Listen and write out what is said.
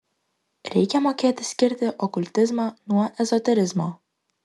reikia mokėti skirti okultizmą nuo ezoterizmo